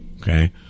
Okay